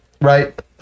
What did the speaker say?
right